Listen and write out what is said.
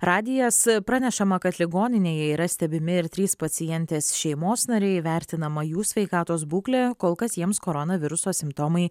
radijas pranešama kad ligoninėje yra stebimi ir trys pacientės šeimos nariai įvertinama jų sveikatos būklė kol kas jiems koronaviruso simptomai